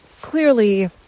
clearly